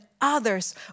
others